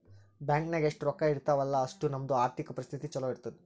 bank ನಾಗ್ ಎಷ್ಟ ರೊಕ್ಕಾ ಇರ್ತಾವ ಅಲ್ಲಾ ಅಷ್ಟು ನಮ್ದು ಆರ್ಥಿಕ್ ಪರಿಸ್ಥಿತಿ ಛಲೋ ಇರ್ತುದ್